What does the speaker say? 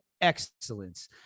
excellence